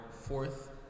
fourth